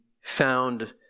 found